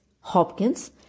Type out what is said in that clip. Hopkins